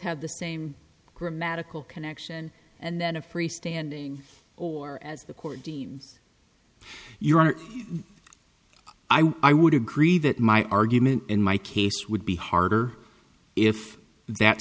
have the same grammatical connection and then a freestanding or as the court deems your honor i would agree that my argument in my case would be harder if that